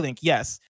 yes